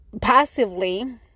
passively